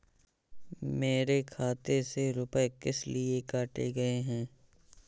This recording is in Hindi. मेरे खाते से रुपय किस लिए काटे गए हैं?